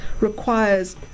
requires